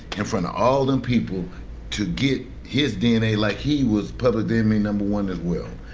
in front of all them people to get his dna like he was public enemy number one as well.